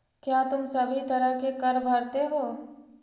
क्या तुम सभी तरह के कर भरते हो?